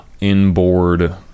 inboard